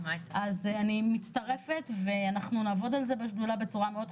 אז אני מצטרפת ואנחנו נעבוד על זה בשדולה בצורה מאוד